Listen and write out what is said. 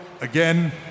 again